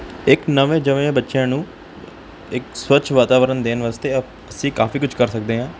ਇੱਕ ਨਵੇਂ ਜੰਮੇ ਬੱਚਿਆਂ ਨੂੰ ਇੱਕ ਸਵੱਛ ਵਾਤਾਵਰਨ ਦੇਣ ਵਾਸਤੇ ਅਪ ਅਸੀਂ ਕਾਫੀ ਕੁਝ ਕਰ ਸਕਦੇ ਹਾਂ